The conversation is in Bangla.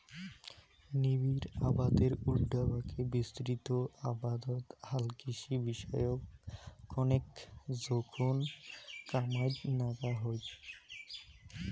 নিবিড় আবাদের উল্টাপাকে বিস্তৃত আবাদত হালকৃষি বিষয়ক কণেক জোখন কামাইয়ত নাগা হই